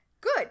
Good